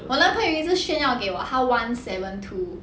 我男朋友一直炫耀给我他 one seven two